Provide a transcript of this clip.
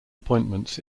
appointments